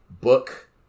Book